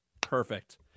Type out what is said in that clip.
Perfect